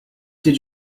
did